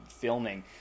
filming